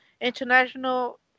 international